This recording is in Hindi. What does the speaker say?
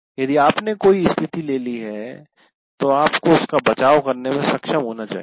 यदि आपने कोई स्थिति ले ली है तो आपको उसका बचाव करने में सक्षम होना चाहिए